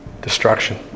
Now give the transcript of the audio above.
destruction